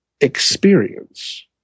experience